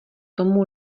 tomu